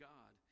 God